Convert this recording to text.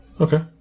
Okay